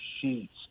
sheets